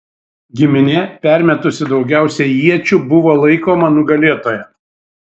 giminė permetusi daugiausiai iečių buvo laikoma nugalėtoja